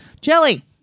Jelly